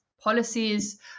policies